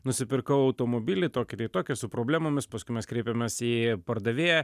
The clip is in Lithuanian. nusipirkau automobilį tokį tai tokį su problemomis paskui mes kreipiamės į pardavėją